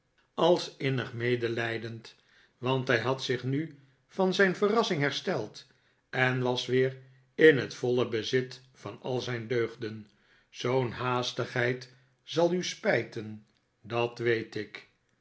als innig medelijdend want hij had zich nu van zijn verrassing hersteld en was weer in het voile bezit van al zijn deugden zoo'n haastigheid zal u spijten dat weet ik